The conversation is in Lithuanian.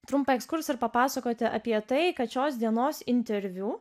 trumpą ekskursą ir papasakoti apie tai kad šios dienos interviu